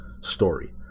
story